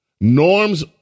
Norms